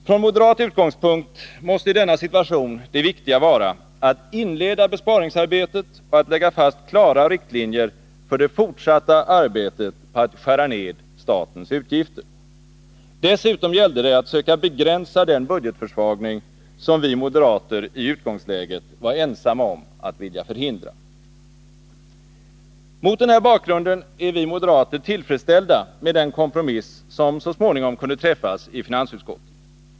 Från moderat utgångspunkt måste i denna situation det viktiga vara att inleda besparingsarbetet och att lägga fast klara riktlinjer för det fortsatta arbetet på att skära ned statens utgifter. Dessutom gällde det att söka begränsa den budgetförsvagning som vi moderater i utgångsläget var ensamma om att vilja förhindra. Mot den här bakgrunden är vi moderater tillfredsställda med den kompromiss som så småningom kunde träffas i finansutskottet.